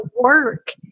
work